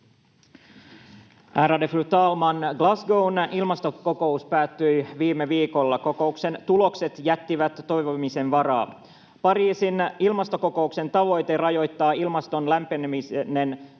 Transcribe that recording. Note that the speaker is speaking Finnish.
Ärade fru talman! Glasgow’n ilmastokokous päättyi viime viikolla. Kokouksen tulokset jättivät toivomisen varaa. Pariisin ilmastokokouksen tavoite rajoittaa ilmaston lämpeneminen 1,5